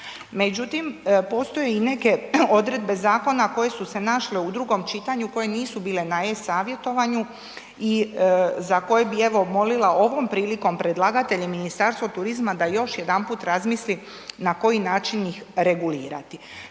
Međutim, postoje i neke odredbe zakona koje su se našle u drugom čitanju koje nisu bile na e-savjetovanju i za koje bi evo molila ovom prilikom predlagatelje Ministarstvo turizma da još jedanput razmisli na koji način ih regulirati.